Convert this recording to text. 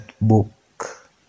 book